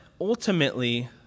ultimately